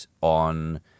on